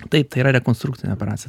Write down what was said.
taip tai yra rekonstrukcinė operacija